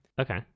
Okay